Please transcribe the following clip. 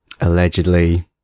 Allegedly